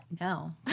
No